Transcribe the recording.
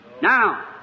Now